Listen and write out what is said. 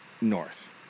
north